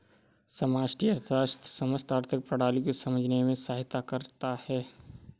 समष्टि अर्थशास्त्र समस्त आर्थिक प्रणाली को समझने में सहायता करता है